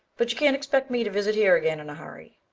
but you can't expect me to visit here again in a hurry,